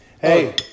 hey